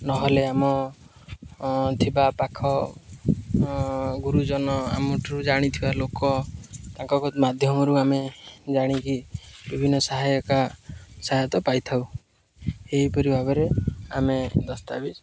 ନହେଲେ ଆମ ଥିବା ପାଖ ଗୁରୁଜନ ଆମ ଠାରୁ ଜାଣିଥିବା ଲୋକ ତାଙ୍କ ମାଧ୍ୟମରୁ ଆମେ ଜାଣିକି ବିଭିନ୍ନ ସହାୟକ ସହାୟତା ପାଇଥାଉ ଏହିପରି ଭାବରେ ଆମେ ଦସ୍ତାବିଜ